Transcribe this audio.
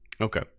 Okay